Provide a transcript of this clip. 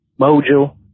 Mojo